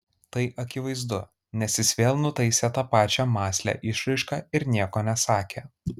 tai akivaizdu nes jis vėl nutaisė tą pačią mąslią išraišką ir nieko nesakė